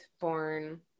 born